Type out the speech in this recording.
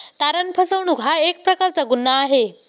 तारण फसवणूक हा एक प्रकारचा गुन्हा आहे